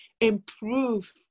improve